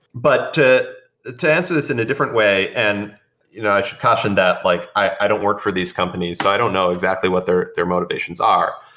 but to to answer this in a different way, and you know i should caution that like i don't work for these companies, so i don't know exactly what their their motivations are,